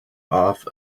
off